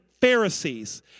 Pharisees